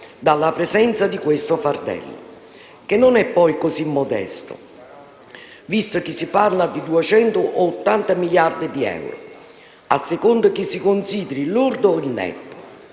dalla presenza di questo fardello, che non è poi così modesto, visto che si parla di 200 o di 80 miliardi di euro, a seconda che si consideri il lordo o il netto.